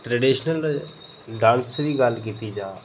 traditional dance दी अगर गल्ल कीती जा